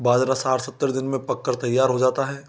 बाजरा साठ सत्तर दिन में पक कर तैयार हो जाता है